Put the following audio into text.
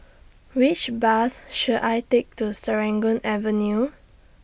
Which Bus should I Take to Serangoon Avenue